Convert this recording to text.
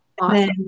Awesome